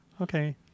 Okay